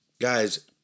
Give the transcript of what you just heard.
Guys